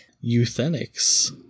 Euthenics